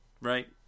right